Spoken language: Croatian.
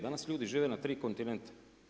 Danas ljudi žive na tri kontinenta.